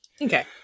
okay